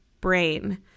brain